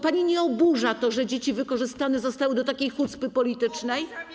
Pani nie oburza to, że dzieci wykorzystane zostały do takiej hucpy politycznej?